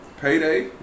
Payday